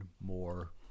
more